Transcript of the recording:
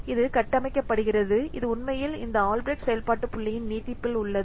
இது கட்டமைக்கப்படுகிறது இது உண்மையில் இந்த ஆல்பிரெக்ட் செயல்பாட்டு புள்ளியின் நீட்டிப்பில் உள்ளது